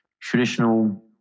traditional